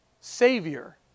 Savior